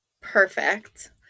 Perfect